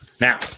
Now